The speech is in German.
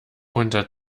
unter